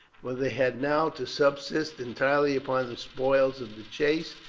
for they had now to subsist entirely upon the spoils of the chase,